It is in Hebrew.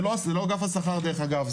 זה לא אגף השכר דרך אגב,